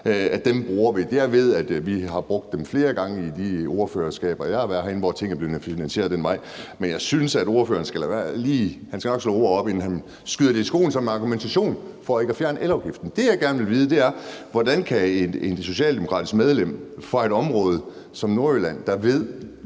bruger vi. Jeg ved, at vi har brugt dem flere gange i forbindelse med emner, som jeg har været ordfører på – her er tingene blevet finansieret ad den vej. Men jeg synes, at ordføreren nok lige skal slå ordet op, inden han skyder os det i skoene og bruger det som en argumentation for ikke at fjerne elafgiften. Det, jeg gerne vil vide, er, hvordan et socialdemokratisk medlem fra et område som Nordjylland, der ved,